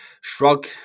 shrug